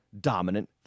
dominant